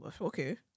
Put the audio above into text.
Okay